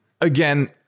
again